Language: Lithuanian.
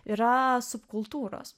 yra subkultūros